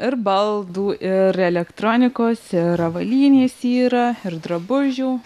ir baldų ir elektronikos ir avalynės yra ir drabužių